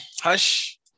Hush